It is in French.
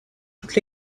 toutes